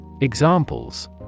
Examples